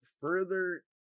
further